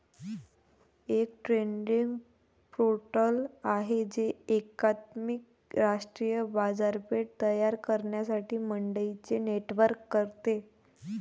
एक trading portal आहे जे एकात्मिक राष्ट्रीय बाजारपेठ तयार करण्यासाठी मंडईंचे नेटवर्क करते